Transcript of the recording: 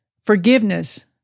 forgiveness